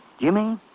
Jimmy